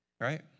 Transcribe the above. right